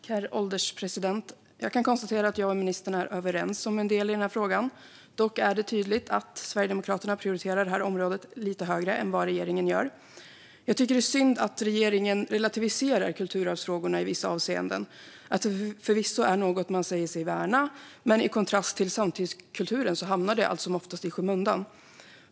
Herr ålderspresident! Jag kan konstatera att jag och ministern är överens om en del i frågan. Dock är det tydligt att Sverigedemokraterna prioriterar området lite högre än vad regeringen gör. Det är synd att regeringen relativiserar kulturarvsfrågorna i vissa avseenden. De är förvisso något som man säger sig värna, men i kontrast till samtidskulturen hamnar de allt som oftast i skymundan.